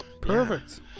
perfect